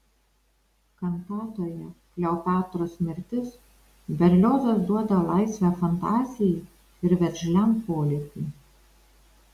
kantatoje kleopatros mirtis berliozas duoda laisvę fantazijai ir veržliam polėkiui